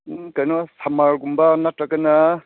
ꯀꯩꯅꯣ ꯁꯝꯃꯔꯒꯨꯝꯕ ꯅꯠꯇ꯭ꯔꯒꯅ